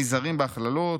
נזהרים בהכללות,